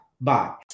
Bye